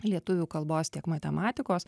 lietuvių kalbos tiek matematikos